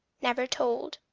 never told.